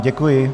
Děkuji.